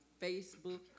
Facebook